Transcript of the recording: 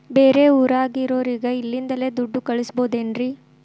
ಬೇರೆ ಊರಾಗಿರೋರಿಗೆ ಇಲ್ಲಿಂದಲೇ ದುಡ್ಡು ಕಳಿಸ್ಬೋದೇನ್ರಿ?